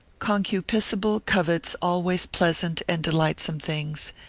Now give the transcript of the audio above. concupiscible covets always pleasant and delightsome things,